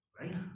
Right